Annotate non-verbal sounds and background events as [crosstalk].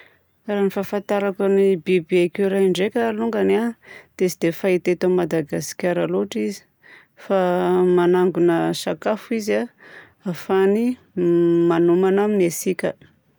Raha ny fahafantarako ny biby écureuils ndraika longany a dia tsy dia fahita eto Madagasikara loatra izy. Fa [hesitation] managona sakafo izy a ahafahany m [hesitation] manomana mesika.